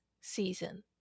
season